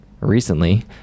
recently